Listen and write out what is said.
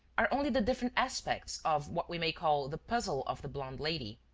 are only the different aspects of what we may call the puzzle of the blonde lady.